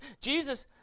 Jesus